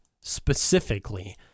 specifically